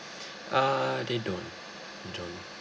err they don't they don't